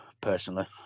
personally